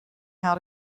how